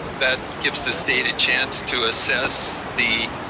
that gives the state a chance to assess the